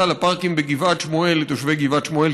לפארקים בגבעת שמואל לתושבי גבעת שמואל,